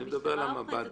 אני מדבר על המב"דים.